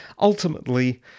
ultimately